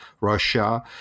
russia